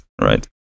right